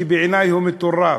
כי בעיני הוא מטורף,